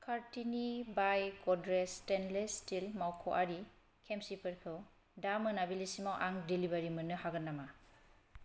कार्तिनि बाइ Godrej stainless steel मावख'आरि खेम्सिफोरखौ दा मोनाबिलिसिमाव आं देलिबारि मोननो हागोन नामा